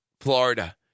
Florida